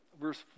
verse